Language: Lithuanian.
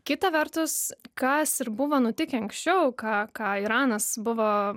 kita vertus kas ir buvo nutikę anksčiau ką ką iranas buvo